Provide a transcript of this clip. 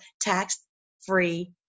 tax-free